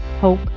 hope